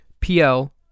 PL